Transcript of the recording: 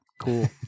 Cool